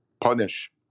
punish